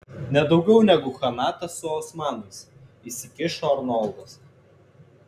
nedaugiau negu chanatas su osmanais įsikišo arnoldas